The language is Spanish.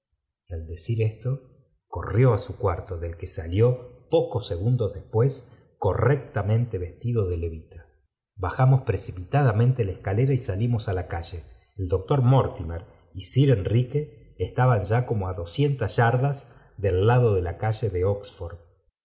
al decir esto corrió á su cuarto del que salió pocos segundos despuéa correctamente vestido de levita bajamos precipitadamente la escalera y salimos á la calle el doctor mortimer y sir enrique estaban ya como é doscientas yardas del lado de la calle de